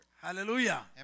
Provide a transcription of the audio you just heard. Hallelujah